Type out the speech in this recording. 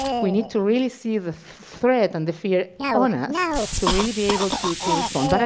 we need to really see the threat and the fear on us to really be able to to respond. but